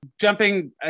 jumping